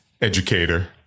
educator